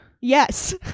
Yes